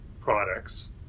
products